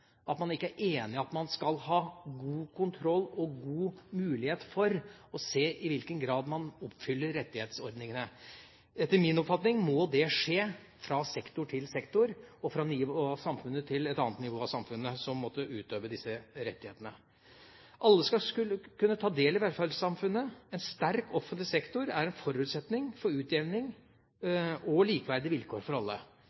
at man ikke er enig i at man skal ha god kontroll og god mulighet til å se i hvilken grad man oppfyller rettighetsordningene. Etter min oppfatning må det skje fra sektor til sektor og fra ett nivå i samfunnet til et annet nivå i samfunnet som måtte utøve disse rettighetene. Alle skal kunne ta del i velferdssamfunnet. En sterk offentlig sektor er en forutsetning for utjevning